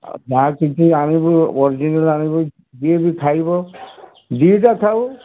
ଯାହା କିଛି ଆଣିବୁ ଓରିଜିନାଲ୍ ଆଣିବୁ ଯିଏବି ଖାଇବ ଯିଏ ବା ଖାଉ